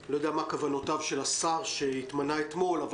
אני לא יודע מה כוונותיו של השר שהתמנה אתמול אבל